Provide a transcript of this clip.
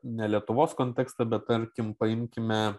ne lietuvos kontekste bet tarkim paimkime